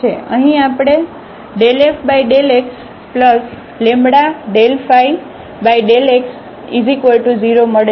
તેથી અહીં આપણે ∂f∂x∂ϕ∂x0 મળે છે